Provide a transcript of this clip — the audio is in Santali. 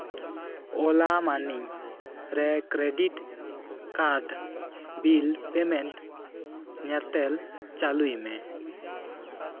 ᱳᱞᱟ ᱢᱟᱱᱤ ᱨᱮ ᱠᱨᱤᱰᱤᱴ ᱠᱟᱨᱰ ᱵᱤᱞ ᱯᱮᱢᱮᱱᱴ ᱧᱮᱛᱮᱞ ᱪᱟᱹᱞᱩᱭ ᱢᱮ